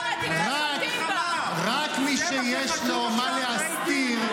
רק מי שיש לו מה להסתיר,